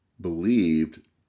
believed